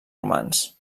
romans